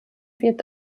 wird